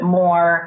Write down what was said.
more